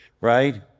right